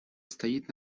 стоит